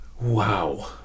Wow